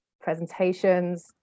presentations